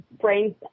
brain